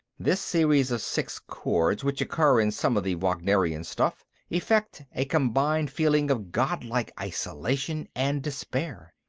this series of six chords, which occur in some of the wagnerian stuff effect, a combined feeling of godlike isolation and despair.